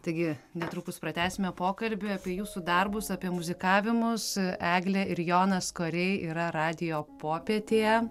taigi netrukus pratęsime pokalbį apie jūsų darbus apie muzikavimus eglė ir jonas koriai yra radijo popietėje